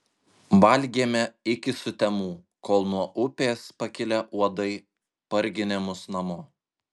valgėme iki sutemų kol nuo upės pakilę uodai parginė mus namo